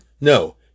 No